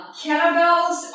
kettlebells